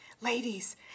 Ladies